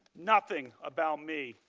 nothing about me.